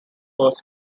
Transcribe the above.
first